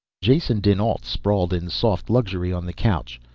jason dinalt sprawled in soft luxury on the couch,